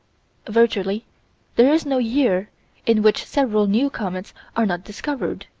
virtually there is no year in which several new comets are not discovered,